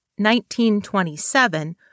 1927